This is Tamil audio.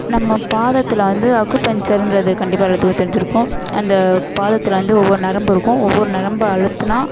நம்ம பாதத்தில் வந்து அக்குப்பஞ்சர்கிறது கண்டிப்பாக எல்லாத்துக்கும் தெரிஞ்சுருக்கும் அந்த பாதத்தில் வந்து ஒவ்வொரு நரம்பு இருக்கும் ஒவ்வொரு நரம்ப அழுத்துனா